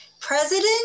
President